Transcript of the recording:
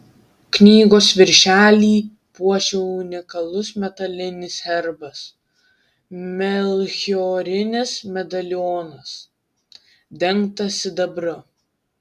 knygos viršelį puošia unikalus metalinis herbas melchiorinis medalionas dengtas sidabru